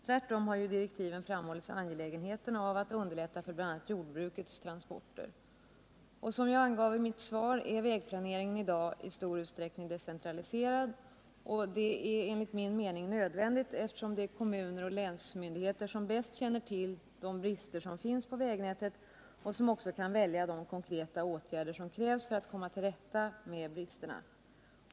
Tvärtom har ju i direktiven framhållits angelägenheten av att underlätta för bl.a. jordbrukets transporter. Som jag angav i mitt svar är vägplaneringen i dag i stor utsträckning decentraliserad. Det är enligt min mening nödvändigt, eftersom det är kommuner och länsmyndigheter som bäst känner till de brister som finns på vägnätet och som också kan välja de konkreta åtgärder som krävs för att komma till rätta med bristerna.